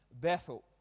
Bethel